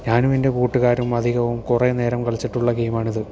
ഞാനും എൻ്റെ കൂട്ടുകാരും അധികവും കുറേ നേരവും കളിച്ചിട്ടുള്ള ഗെയിം ആണിത്